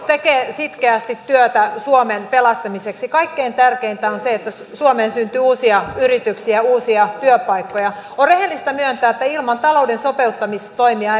tekee sitkeästi työtä suomen pelastamiseksi kaikkein tärkeintä on se että suomeen syntyy uusia yrityksiä ja uusia työpaikkoja on rehellistä myöntää että ilman talouden sopeuttamistoimia